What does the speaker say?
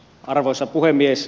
arvoisa puhemies